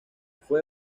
fue